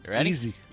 Easy